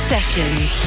Sessions